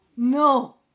No